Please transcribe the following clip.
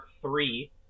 three